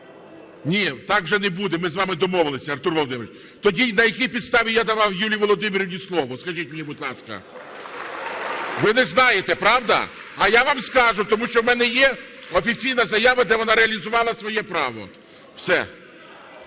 Ні, так вже не буде. Ми з вами домовилися, Артур Володимирович. Тоді на якій підставі я давав Юлії Володимирівні слово, скажіть мені, будь ласка. (Оплески) Ви не знаєте, правда? А я вам скажу. Тому що у мене є офіційна заява, де вона реалізувала своє право. Все.